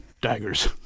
daggers